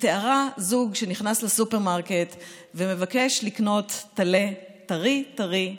שתיארה זוג שנכנס לסופרמרקט ומבקש לקנות טרי טרי,